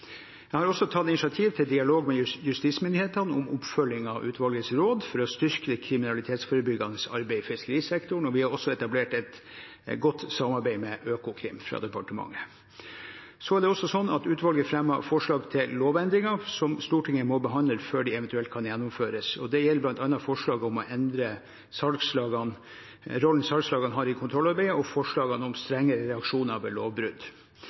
Jeg har også tatt initiativ til dialog med justismyndighetene om oppfølging av utvalgets råd for å styrke det kriminalitetsforebyggende arbeidet i fiskerisektoren. Departementet har også etablert et godt samarbeid med Økokrim. Det er også slik at utvalget fremmet forslag til lovendringer, som Stortinget må behandle før de eventuelt kan gjennomføres. Det gjelder bl.a. forslaget om å endre rollen salgslagene har i kontrollarbeidet, og forslagene om strengere reaksjoner ved lovbrudd.